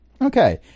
Okay